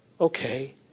okay